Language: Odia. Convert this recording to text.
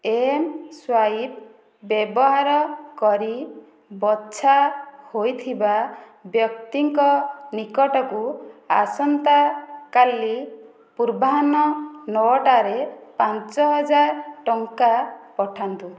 ଏମ୍ସ୍ୱାଇପ୍ ବ୍ୟବହାର କରି ବଛା ହୋଇଥିବା ବ୍ୟକ୍ତିଙ୍କ ନିକଟକୁ ଆସନ୍ତାକାଲି ପୂର୍ବାହ୍ନ ନଅଟା'ରେ ପାଞ୍ଚହଜାର ଟଙ୍କା ପଠାନ୍ତୁ